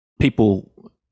people